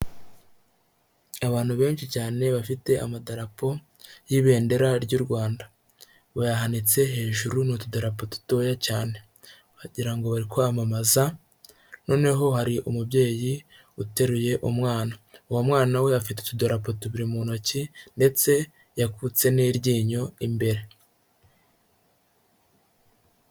Abantu benshi cyane bafite amadarapo y'ibendera ry'u Rwanda, bayahanitse hejuru ni utudarapa dutoya cyane, wagira ngo bari kwamamaza, noneho hari umubyeyi uteruye umwana, uwo mwana we afite utudarapo tubiri mu ntoki, ndetse yakutse n'iryinyo imbere.